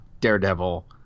Daredevil